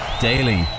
Daily